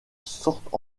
sortent